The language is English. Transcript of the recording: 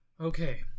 okay